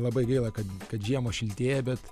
labai gaila kad kad žiemos šiltėja bet